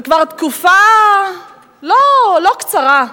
וכבר תקופה לא קצרה,